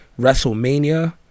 WrestleMania